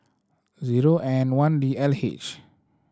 zero N one D L H